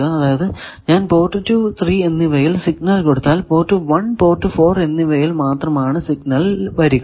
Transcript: അതായതു ഞാൻ പോർട്ട് 2 3 എന്നിവയിൽ സിഗ്നൽ കൊടുത്താൽ പോർട്ട് 1 പോർട്ട് 4 എന്നിവയിൽ മാത്രമാണ് സിഗ്നൽ വരിക